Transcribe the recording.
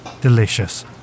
Delicious